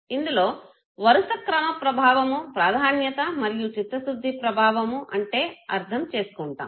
ఇందులో వరుస క్రమ ప్రభావము ప్రాధాన్యత మరియు చిత్తశుద్ధి ప్రభావము అంటే అర్ధం చేసుకుంటాము